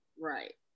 Right